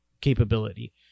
capability